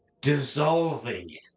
dissolving